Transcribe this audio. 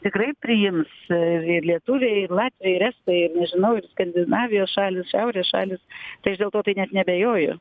tikrai priims ir lietuviai ir latviai ir estai ir nežinau ir skandinavijos šalys šiaurės šalys tai aš dėl to tai net neabejoju